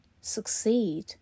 succeed